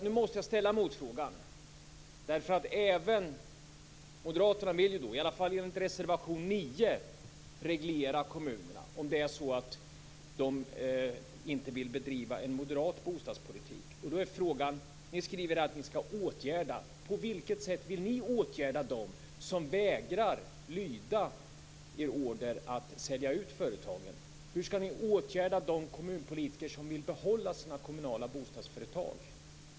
Nu måste jag ställa motfrågan. Även Moderaterna vill, i varje fall enligt reservation 9, reglera kommunerna om det är så att de inte vill bedriva en moderat bostadspolitik. Ni skriver att ni skall åtgärda det. På vilket sätt vill ni åtgärda de kommuner som vägrar lyda order och sälja ut företagen? Hur skall ni åtgärda de kommunpolitiker som vill behålla sina kommunala bostadsföretag?